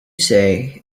say